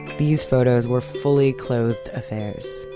these photos were fully clothed affairs.